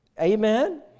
Amen